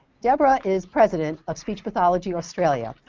deborah is president of speech pathology australia,